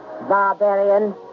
Barbarian